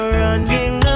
running